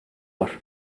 var